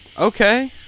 Okay